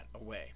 away